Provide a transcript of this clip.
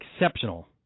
exceptional